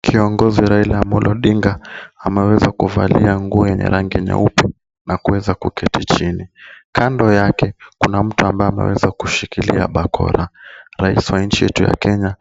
Kiongozi Raila Amollo Odinga ameweza kuvalia nguo yenye rangi nyeupe na kuweza kuketi chini. Kando yake kuna mtu ameweza kushikilia bakora. Rais wa nchi yetu ya Kenya